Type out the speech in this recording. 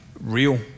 real